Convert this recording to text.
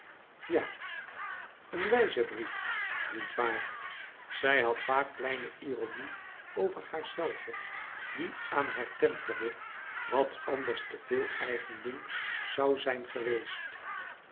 ja een wijze brief niet waar zij had vaak kleine ironie over haarzelve die aan haar temperde wat anders te veel eigendunk zoû zijn geweest